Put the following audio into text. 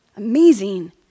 amazing